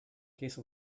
case